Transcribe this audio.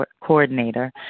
coordinator